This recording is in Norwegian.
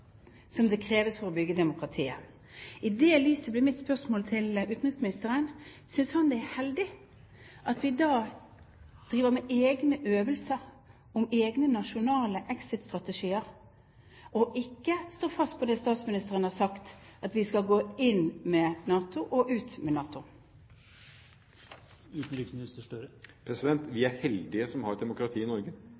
som det kreves for å bygge demokratiet? I det lyset blir mitt spørsmål til utenriksministeren: Synes han det er heldig at vi da driver med egne øvelser om egne nasjonale exit-strategier og ikke står fast på det statsministeren har sagt, at vi skal gå inn med NATO og ut med NATO? Vi er heldige som har et demokrati i Norge. Vi